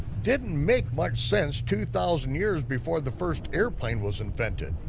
didn't make much sense two thousand years before the first airplane was invented.